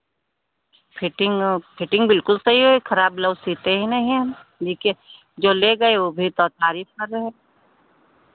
fitting fitting बिल्कुल सही है खराब ब्लाउज़ सिलते ही नहीं हैं हम जिसके जो ले गए वो अभी तक तारीफ़ कर रहे